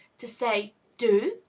to say, do!